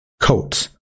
Coats